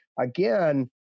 again